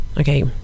okay